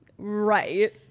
Right